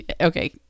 Okay